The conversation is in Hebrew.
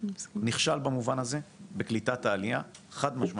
נכשל במובן הזה בקליטת העלייה חד-משמעית.